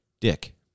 dick